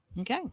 Okay